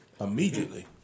immediately